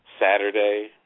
Saturday